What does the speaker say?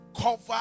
cover